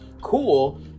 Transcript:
cool